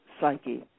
psyche